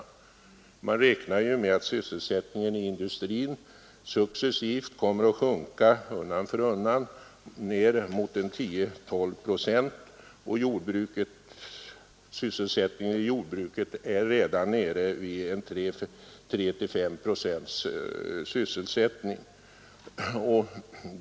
Enligt denna beräkning kommer sysselsättningen i industrin successivt att sjunka ner mot 10—12 procent av befolkningen, och sysselsättningen inom jordbruket är redan nere vid 3—5 procent av befolkningen.